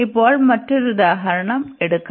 ഇപ്പോൾ മറ്റൊരു ഉദാഹരണം എടുകാം